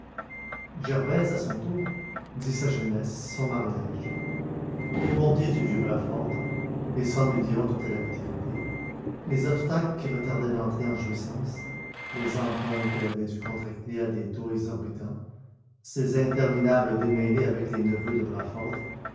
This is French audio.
gervaise à son tour dit sa jeunesse son mariage les bontés du vieux brawford les cent millions dont elle avait hérité les obstacles qui retardaient l'entrée en jouissance les emprunts qu'elle avait dû contracter à des taux exorbitants ses interminables démêlés avec les neveux de brawford